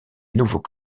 nouveau